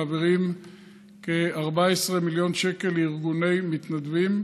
מעבירים כ-14 מיליון שקל לארגוני מתנדבים,